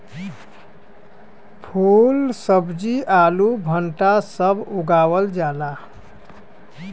फूल सब्जी आलू भंटा सब उगावल जाला